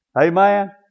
Amen